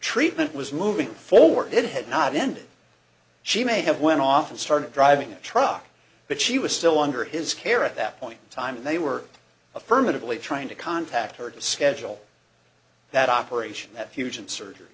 treatment was moving forward it had not ended she may have went off and started driving a truck but she was still under his care at that point in time they were affirmatively trying to contact her to schedule that operation that huge in surgery